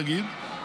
נגיד,